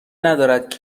ندارد